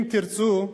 אם תרצו,